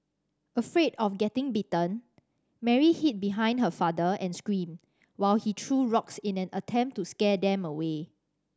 afraid of getting bitten Mary hid behind her father and screamed while he threw rocks in an attempt to scare them away